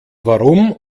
warum